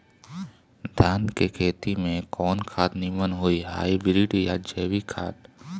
धान के खेती में कवन खाद नीमन होई हाइब्रिड या जैविक खाद?